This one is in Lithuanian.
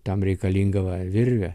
tam reikalinga va virvė